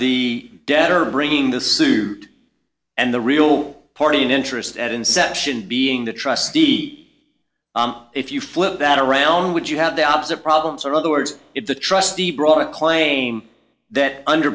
the debtor bringing the suit and the real party in interest at inception being the trustee if you flip that around would you have the opposite problems or other words if the trustee brought a claim that under